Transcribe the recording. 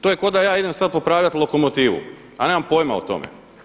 To je ko da ja sada idem popravljati lokomotivu, a nemam pojma o tome.